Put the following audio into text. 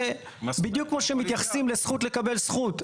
בדיוק כמו שמתייחסים לזכות לקבל זכות.